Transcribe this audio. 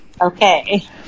Okay